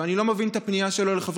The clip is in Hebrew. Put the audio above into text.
ואני לא מבין את הפנייה שלו לחברי